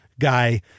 guy